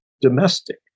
domestic